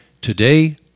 Today